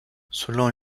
selon